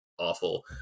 awful